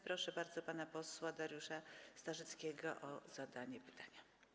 Proszę bardzo pana posła Dariusza Starzyckiego o zadanie pytania.